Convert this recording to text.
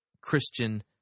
Christian